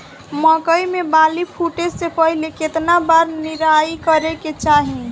मकई मे बाली फूटे से पहिले केतना बार निराई करे के चाही?